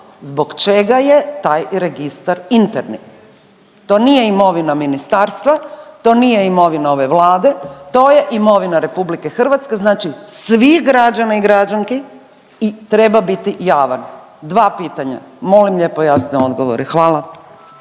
zbog čega je taj registar interni? To nije imovina ministarstva, to nije imovina ove Vlade, to je imovina RH znači svih građana i građanki i treba biti javan. Dva pitanja, molim lijepo jasne odgovore. Hvala.